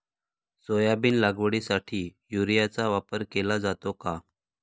Soybean लागवडीसाठी युरियाचा वापर केला जातो का?